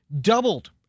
doubled